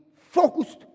focused